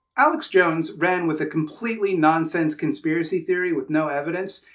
alex jones ran with a completely nonsense conspiracy theory with no evidence,